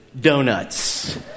Donuts